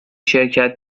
شرکت